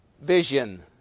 vision